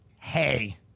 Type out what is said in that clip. hey